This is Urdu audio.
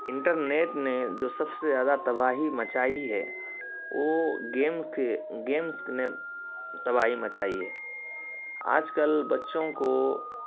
انٹرنیٹ نے جو سب سے زیادہ تباہی مچائی ہے وہ گیمس کے گیمس نے تباہی مچائی ہے آج کل بچوں کو